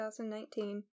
2019